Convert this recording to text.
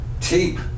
tape